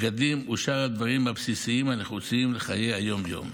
בגדים ושאר הדברים הבסיסיים הנחוצים לחיי היום-יום.